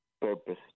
purpose